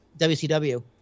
WCW